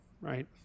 right